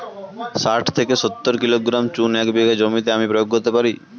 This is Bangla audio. শাঠ থেকে সত্তর কিলোগ্রাম চুন এক বিঘা জমিতে আমি প্রয়োগ করতে পারি?